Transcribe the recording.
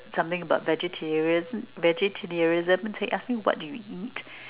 something about vegetarian vegetarianism he ask me what do you eat